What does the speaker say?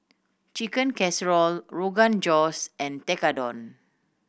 Chicken Casserole Rogan Josh and Tekkadon